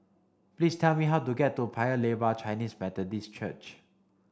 please tell me how to get to Paya Lebar Chinese Methodist Church